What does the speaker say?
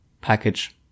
package